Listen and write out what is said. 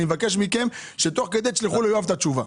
אני מבקש מכם שתוך כדי תשלחו ליואב את התשובה.